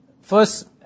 first